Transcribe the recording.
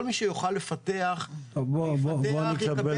כל מי שיוכל לפתח יפתח ויקבל